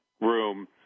room